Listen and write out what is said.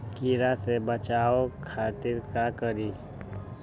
कीरा से बचाओ खातिर का करी?